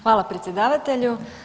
Hvala predsjedavatelju.